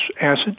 acid